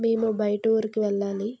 మేము బయట ఊరికి వెళ్ళాలి